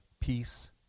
peace